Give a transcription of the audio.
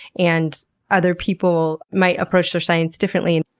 and other people might approach their science differently.